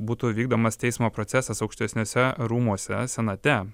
būtų vykdomas teismo procesas aukštesniuose rūmuose senate